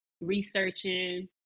researching